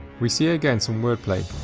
we see again some word play.